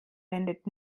wendet